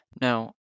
Now